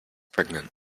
pregnant